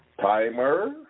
Timer